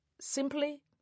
simply